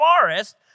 forest